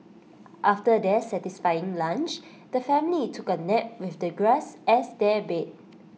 after their satisfying lunch the family took A nap with the grass as their bed